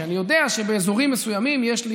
כשאני יודע שבאזורים מסוימים יש.